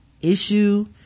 issue